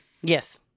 Yes